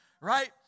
right